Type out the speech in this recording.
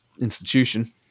institution